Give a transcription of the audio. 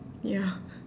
ya